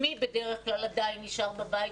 מי בדרך כלל עדיין נשאר בבית?